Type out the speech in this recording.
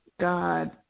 God